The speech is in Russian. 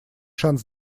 шанс